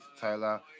Tyler